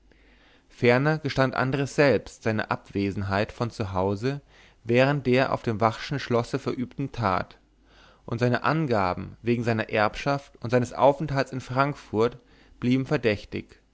ferner gestand andres selbst seine abwesenheit von hause während der auf dem vachschen schlosse verübten tat und seine angabe wegen seiner erbschaft und seines aufenthalts in frankfurt blieb verdächtig